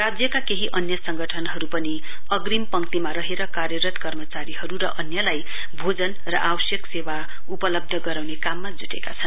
राज्यका केही अन्य संगठनहरु पनि अंग्रिम पेक्तिमा रहेर कार्यरत कर्मचारीहरु र अन्यलाई भोजन र आवश्यक सेवा उपलब्ध गराउने काममा जुटेका छन्